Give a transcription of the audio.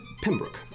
Pembroke